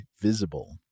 Visible